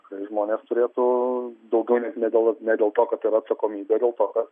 tikrai žmonės turėtų daugiau net ne dėl ne dėl to kad yra atsakomybė dėl to kad